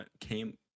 came